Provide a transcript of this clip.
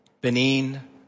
Benin